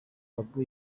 babu